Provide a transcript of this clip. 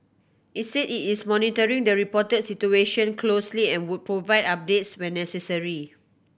it said it is monitoring the reported situation closely and would provide updates when necessary